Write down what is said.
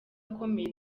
akomeye